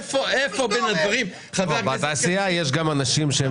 איפה בין הדברים --- בתעשייה יש גם אנשים שהם